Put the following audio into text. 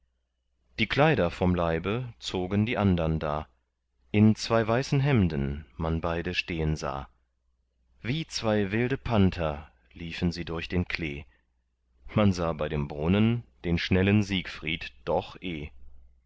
die kleider vom leibe zogen die andern da in zwei weißen hemden man beide stehen sah wie zwei wilde panther liefen sie durch den klee man sah bei dem brunnen den schnellen siegfried doch